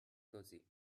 cosy